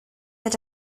that